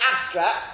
abstract